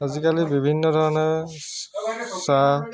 আজিকালি বিভিন্ন ধৰণে চাহ